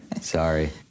sorry